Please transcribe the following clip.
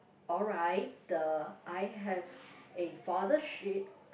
alright the I have a father sheep